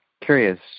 curious